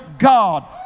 God